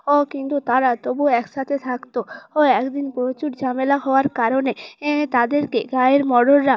ও কিন্তু তারা তবুও একসাথে থাকতো ও একদিন প্রচুর ঝামেলা হওয়ার কারণে এ তাদেরকে গাঁয়ের বড়রা